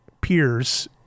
Peers